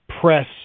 press